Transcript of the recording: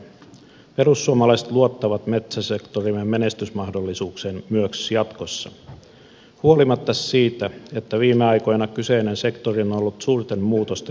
perussuomalaiset luottavat metsäsektorimme menestymismahdollisuuksiin myös jatkossa huolimatta siitä että viime aikoina kyseinen sektori on ollut suurten muutosten edessä